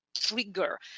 trigger